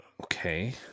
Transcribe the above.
Okay